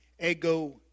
ego